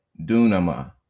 Dunama